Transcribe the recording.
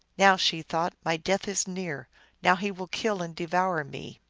now, she thought, my death is near now he will kill and devour me.